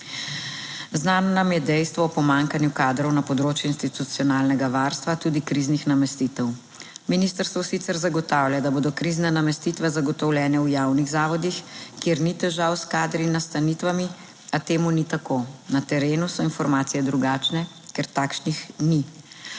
Znano nam je dejstvo o pomanjkanju kadrov na področju institucionalnega varstva tudi kriznih namestitev. Ministrstvo sicer zagotavlja, da bodo krizne namestitve zagotovljene v javnih zavodih, kjer ni težav s kadri in nastanitvami, a temu ni tako. Na terenu so informacije drugačne, ker takšnih ni.